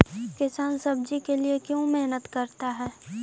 किसान सब्जी के लिए क्यों मेहनत करता है?